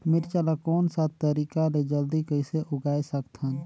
मिरचा ला कोन सा तरीका ले जल्दी कइसे उगाय सकथन?